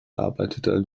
arbeitete